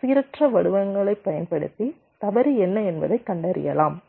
சீரற்ற வடிவங்களைப் பயன்படுத்தி தவறு என்ன என்பதைக் கண்டறியலாம்